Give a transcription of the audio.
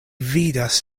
vidas